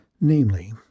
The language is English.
Namely